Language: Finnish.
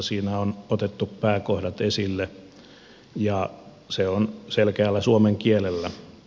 siinä on otettu pääkohdat esille ja se on selkeällä suomen kielellä